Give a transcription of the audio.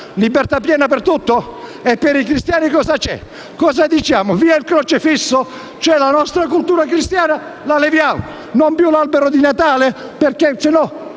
Libertà piena per tutto? E per i cristiani cosa c'è? Cosa diciamo? Via il crocefisso? La nostra cultura cristiana la eliminiamo: non più un albero di Natale, perché